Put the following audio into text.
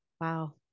Wow